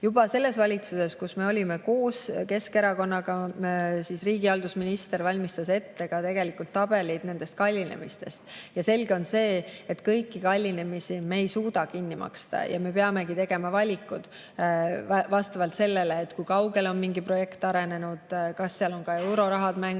Juba selles valitsuses, kus me olime koos Keskerakonnaga, riigihalduse minister valmistas ette ka tabelid nendest kallinemisest. Selge on see, et kõiki kallinemisi me ei suuda kinni maksta. Me peamegi tegema valikud vastavalt sellele, kui kaugele on mingi projekt arenenud, kas seal on ka eurorahad mängus,